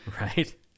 Right